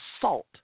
salt